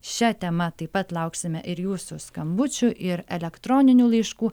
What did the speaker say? šia tema taip pat lauksime ir jūsų skambučių ir elektroninių laiškų